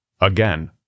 Again